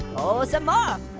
oh some um